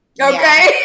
Okay